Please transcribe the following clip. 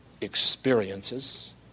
experiences